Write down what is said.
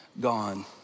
gone